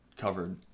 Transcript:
covered